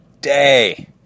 day